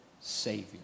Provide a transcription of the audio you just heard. Savior